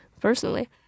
personally